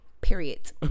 Period